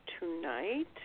tonight